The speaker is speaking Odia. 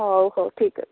ହଉ ହଉ ଠିକ୍ ଅଛି